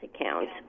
account